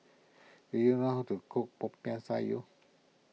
do you know how to cook Popiah Sayur